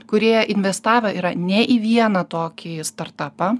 kurie investavę yra ne į vieną tokį startapą